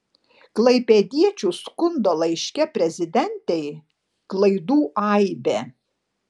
klaipėdiečių skundo laiške prezidentei klaidų aibė